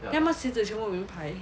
then 他们鞋子全部都名牌